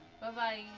Bye-bye